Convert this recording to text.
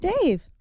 Dave